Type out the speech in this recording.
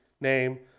name